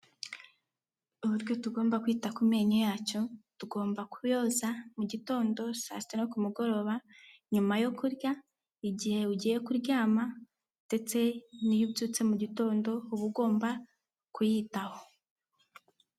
Uburyo tugomba kwita kumenyo yacu, tugomba kuyoza mu gitondo saa sita no ku mugoroba nyuma yo kurya, igihe ugiye kuryama, ndetse n'iyo ubyutse mu gitondo uba ugomba kuyitaho.